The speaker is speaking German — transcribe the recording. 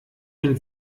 den